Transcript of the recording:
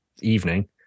evening